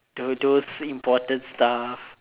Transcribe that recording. those those important stuff